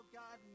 god